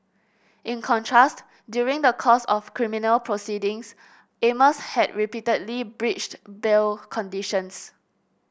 in contrast during the course of criminal proceedings Amos had repeatedly breached bail conditions